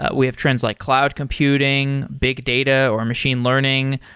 ah we have trends like cloud computing, big data or machine learning.